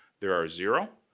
there are zero.